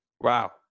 wow